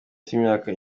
cy’imyaka